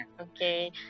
Okay